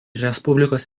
respublikos